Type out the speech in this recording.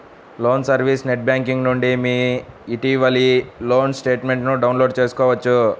loan service net banking నుండి మీ ఇటీవలి లోన్ స్టేట్మెంట్ను డౌన్లోడ్ చేసుకోవచ్చు